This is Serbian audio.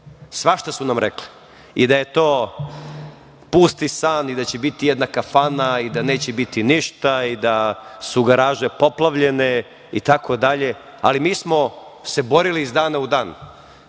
Svašta su nam rekli. I da je to pusti san i da će biti jedna kafana, da neće biti ništa i da su garaže poplavljene itd, ali mi smo se borili iz dana u dan.